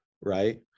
right